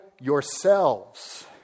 yourselves